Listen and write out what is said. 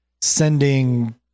sending